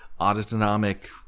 Autonomic